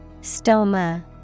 Stoma